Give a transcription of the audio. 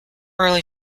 really